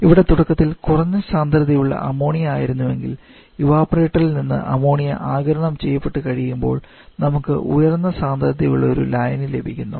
ഇവിടെ തുടക്കത്തിൽ കുറഞ്ഞ സാന്ദ്രതയുള്ള അമോണിയ ആയിരുന്നുവെങ്കിൽ ഇവപൊറേറ്റർ ൽ നിന്ന് അമോണിയ ആഗിരണം ചെയ്യപ്പെട്ടു കഴിയുമ്പോൾ നമുക്ക് ഉയർന്ന സാന്ദ്രതയുള്ള ഒരു ലായനി ലഭിക്കുന്നു